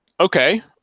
Okay